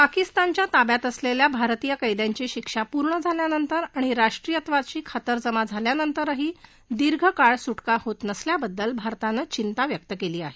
पाकिस्तानतच्या ताब्यात असलेल्या भारतीय कैद्यांची शिक्षा पूर्ण झाल्यानंतर आणि राष्ट्रियत्वाची खातरजमा झाल्यानंतरही दीर्घकाळ त्याची सु क्रा होत नसल्याबद्दल भारतानं चिंता व्यक्त केली आहे